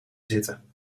zitten